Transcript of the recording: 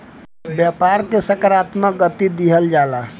व्यापार के सकारात्मक गति दिहल जाला